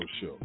Show